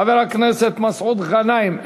חבר הכנסת מסעוד גנאים,